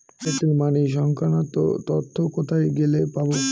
Airtel money সংক্রান্ত তথ্য কোথায় গেলে পাব?